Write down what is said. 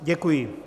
Děkuji.